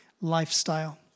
lifestyle